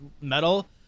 metal